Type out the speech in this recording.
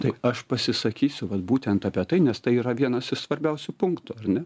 tai aš pasisakysiu kad būtent apie tai nes tai yra vienas iš svarbiausių punktų ar ne